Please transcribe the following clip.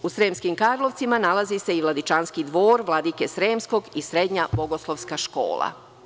U Sremskim Karlovcima nalazi se Vladičanski dvor, Vladike sremskog i Srednja bogoslovska škola.